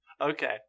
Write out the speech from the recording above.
Okay